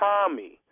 Tommy